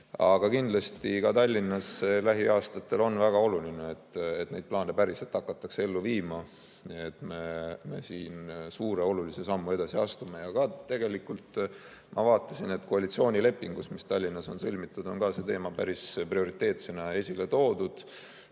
Aga kindlasti on ka Tallinnas lähiaastatel väga oluline, et neid plaane hakataks päriselt ellu viima, et me astuksime suure olulise sammu edasi. Ma vaatasin, et koalitsioonilepingus, mis Tallinnas on sõlmitud, on ka see teema päris prioriteetsena esile toodud,